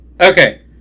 Okay